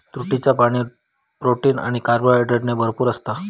तुतीचा पाणी, प्रोटीन आणि कार्बोहायड्रेटने भरपूर असता